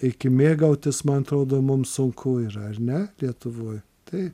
reikia mėgautis man atrodo mums sunku yra ar ne lietuvoj taip